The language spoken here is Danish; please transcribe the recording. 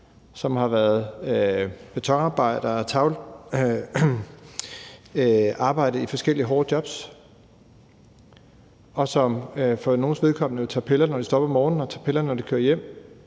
har været betonarbejdere, og som har haft forskellige hårde jobs, og som for nogles vedkommende tager piller, når de står op om morgenen, og tager piller, når de kører hjem.